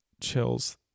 chills